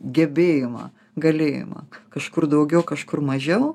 gebėjimą galėjimą kažkur daugiau kažkur mažiau